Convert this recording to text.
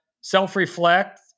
self-reflect